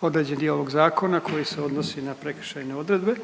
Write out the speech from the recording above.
određen dio ovog zakona koji se odnosi na prekršajne odredbe